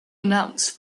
announced